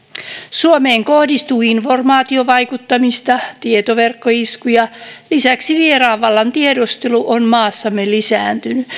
suomeen kohdistuu informaatiovaikuttamista tietoverkkoiskuja ja lisäksi vieraan vallan tiedustelu on maassamme lisääntynyt